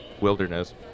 wilderness